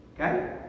Okay